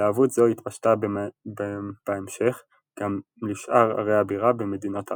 התלהבות זו התפשטה בהמשך גם לשאר ערי הבירה במדינות ערב.